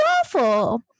awful